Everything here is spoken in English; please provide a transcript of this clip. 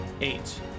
Eight